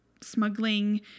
smuggling